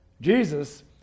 Jesus